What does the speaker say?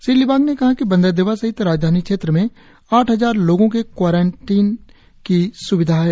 श्री लिबांग ने कहा कि बंदरदेवा सहित राजधानी क्षेत्र में आठ हजार लोगों के क्वाराईटिन की स्विधा है